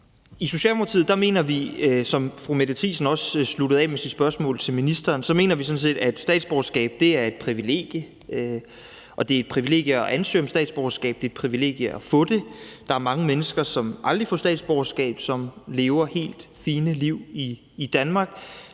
I Socialdemokratiet mener vi, som fru Mette Thiesen også sluttede sit spørgsmål til ministeren af med at sige, at statsborgerskab er et privilegie, det er et privilegie at ansøge om statsborgerskab, og det er et privilegie at få det. Der er mange mennesker, som aldrig får statsborgerskab, som lever helt fine liv i Danmark.